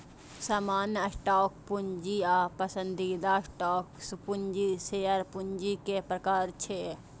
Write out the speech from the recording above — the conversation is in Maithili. सामान्य स्टॉक पूंजी आ पसंदीदा स्टॉक पूंजी शेयर पूंजी के प्रकार छियै